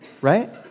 right